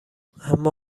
اما